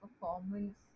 performance